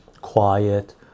quiet